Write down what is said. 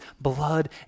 blood